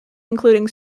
including